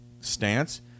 stance